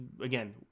again